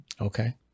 Okay